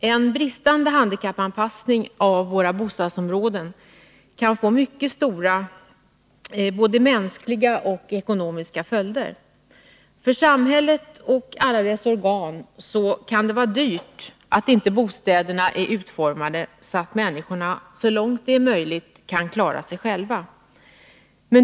En bristande handikappanpassning av våra bostadsområden kan få mycket stora både mänskliga och ekonomiska följder. För samhället och alla dess organ kan det vara dyrt att bostäderna inte är utformade så att människorna så långt det är möjligt kan klara sig själva.